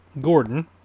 Gordon